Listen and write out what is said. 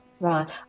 Right